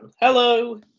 Hello